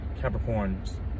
Capricorn's